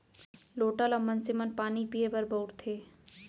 लोटा ल मनसे मन पानी पीए बर बउरथे